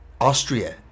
Austria